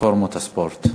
רפורמת הספורט.